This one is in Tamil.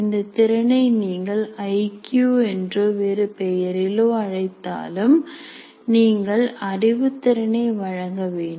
இந்த திறனை நீங்கள் ஐ க்யு என்றோ வேறு பெயரிலோ அழைத்தாலும் நீங்கள் அறிவுத்திறனை வழங்க வேண்டும்